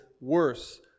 worse